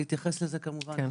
אני אתייחס לזה בהמשך.